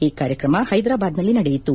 ಈ ಕಾರ್ಯಕ್ರಮ ಹೈದರಾಬಾದ್ನಲ್ಲಿ ನಡೆಯಿತು